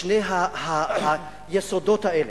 שני היסודות האלה,